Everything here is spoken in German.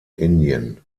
indien